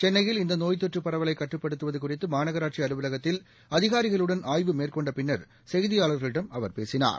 சென்னையில் இந்த நோய் தொற்று பரவலை கட்டுப்படுத்துவது குறித்து மாநகராட்சி அலுவலகத்தில் அதிகாரிகளுடன் ஆய்வு மேற்கொண்ட பின்னர் செய்தியாளர்களிடம் அவர் பேசினார்